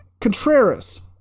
Contreras